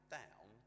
down